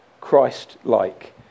Christ-like